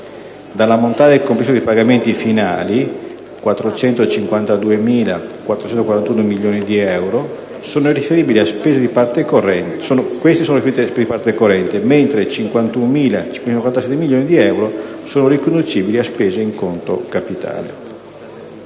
Dell'ammontare complessivo dei pagamenti finali, 452.441 milioni di euro sono riferibili a spese di parte corrente, mentre 51.547 milioni di euro sono riconducibili a spese in conto capitale.